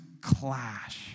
clash